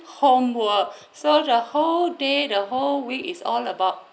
homework so the whole day the whole week is all about